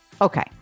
Okay